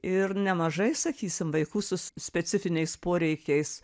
ir nemažai sakysim vaikų su specifiniais poreikiais